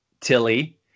Tilly